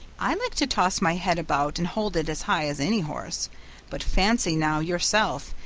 i like to toss my head about and hold it as high as any horse but fancy now yourself,